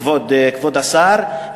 כבוד השר,